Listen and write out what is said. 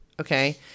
okay